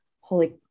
holy